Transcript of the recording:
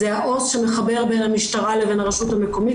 זה העו"ס שמחבר בין המשטרה לבין הרשות המקומית,